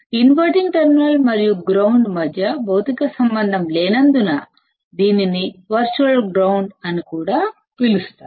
inverting terminal మరియు ground మధ్య భౌతిక సంబంధం లేనందున దీనిని వర్చువల్ గ్రౌండ్ అని కూడా పిలుస్తారు